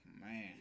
man